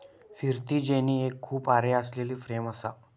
फिरती जेनी एक खूप आरे असलेली फ्रेम असा